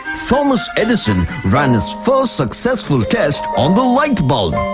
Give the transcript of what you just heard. thomas edison ran his first successful test on the light bulb.